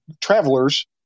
travelers